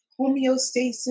homeostasis